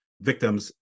victims